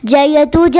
Jayatu